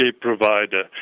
provider